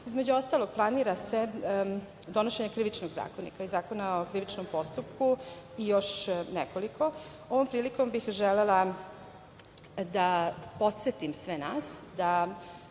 nas. Između ostalog, planira se donošenje krivičnog zakona o krivičnom postupku i još nekoliko. Ovom prilikom bih želela da podsetim sve nas